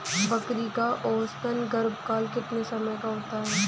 बकरी का औसतन गर्भकाल कितने समय का होता है?